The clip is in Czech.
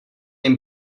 jim